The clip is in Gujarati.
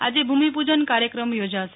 આજે ભૂમિપૂજન કાર્યક્રમ યોજાશે